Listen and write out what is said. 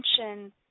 attention